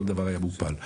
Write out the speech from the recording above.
כל דבר היה מופל.